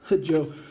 Joe